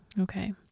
Okay